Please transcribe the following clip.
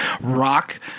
rock